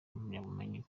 impamyabumenyi